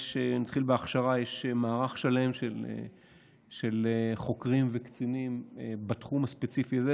נתחיל בהכשרה: יש מערך שלם של חוקרים וקצינים בתחום הספציפי הזה,